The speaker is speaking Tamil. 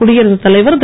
குடியரசுத் தலைவர் இரு